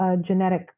genetic